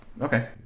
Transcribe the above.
okay